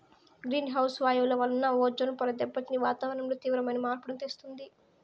green house వాయువుల వలన ozone పొర దెబ్బతిని వాతావరణంలో తీవ్రమైన మార్పులను తెస్తుంది